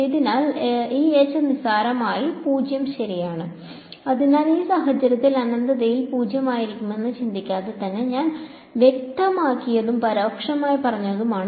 അതിനാൽ നിസ്സാരമായി 0 ശരിയാണ് അതിനാൽ ഈ സാഹചര്യത്തിൽ അനന്തതയിൽ 0 ആയിരിക്കുമെന്ന് ചിന്തിക്കാതെ തന്നെ ഞാൻ വ്യക്തമാക്കിയതും പരോക്ഷമായി പറഞ്ഞതുമാണ്